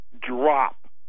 drop